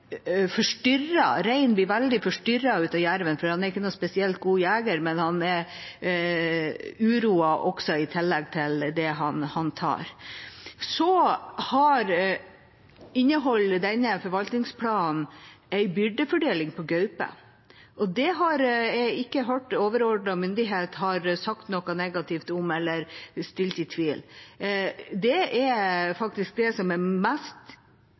av jerven. Den er ikke noen spesielt god jeger, men den uroer, i tillegg til det den tar. Så inneholder denne forvaltningsplanen en byrdefordeling på gaupe, og det har jeg ikke hørt at overordnet myndighet har sagt noe negativt om, eller stilt seg tvilende til. Det er faktisk det som er mest